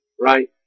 right